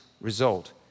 result